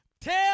Tell